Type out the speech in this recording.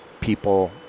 people